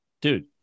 dude